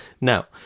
now